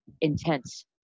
intense